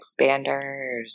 expanders